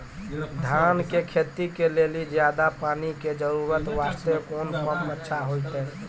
धान के खेती के लेली ज्यादा पानी के जरूरत वास्ते कोंन पम्प अच्छा होइते?